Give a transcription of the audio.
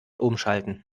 umschalten